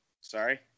Sorry